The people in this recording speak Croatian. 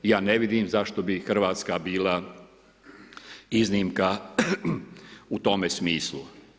I ja ne vidim zašto bi Hrvatska bila iznimka u tome smislu.